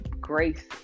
grace